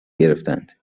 گرفتند